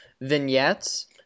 vignettes